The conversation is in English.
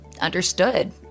understood